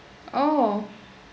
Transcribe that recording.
oh